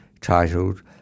titled